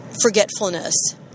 forgetfulness